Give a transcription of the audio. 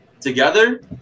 Together